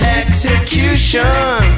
execution